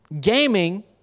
gaming